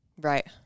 Right